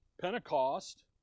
Pentecost